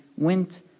went